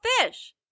fish